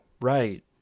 right